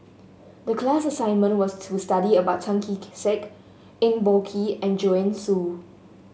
the class assignment was to study about Tan Kee Sek Eng Boh Kee and Joanne Soo